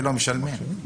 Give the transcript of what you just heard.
ולא משלמים.